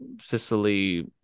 Sicily